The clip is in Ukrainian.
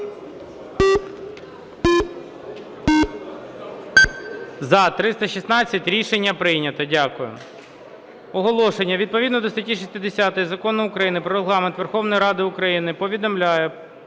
За-316 Рішення прийнято. Дякую.